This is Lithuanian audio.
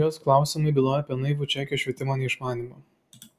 jos klausimai bylojo apie naivų čekijos švietimo neišmanymą